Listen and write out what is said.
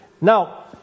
Now